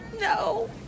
No